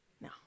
No